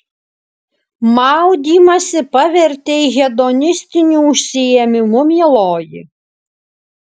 maudymąsi pavertei hedonistiniu užsiėmimu mieloji